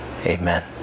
Amen